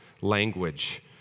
language